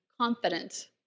confident